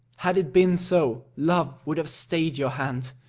had it been so, love would have stayed your hand.